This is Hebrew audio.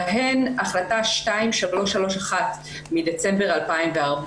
בהן החלטה 2331 מדצמבר 2014,